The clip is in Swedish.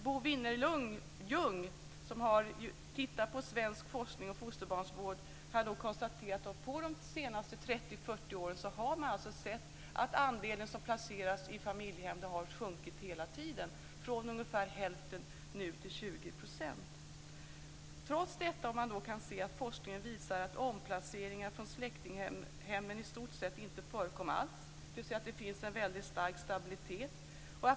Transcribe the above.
Bo Vinnerljung har tittat på den svenska forskningen om fosterbarnsvård, och har konstaterat att de senaste 30-40 åren har andelen placerade i släktinghem sjunkit - från hälften till nu 20 %. Trots detta har forskningen visat att omplaceringar från släktinghem i stort sett inte har förekommit. Det finns en stark stabilitet.